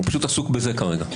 הוא פשוט עסוק בזה כרגע,